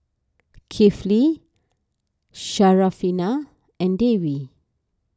Kifli Syarafina and Dewi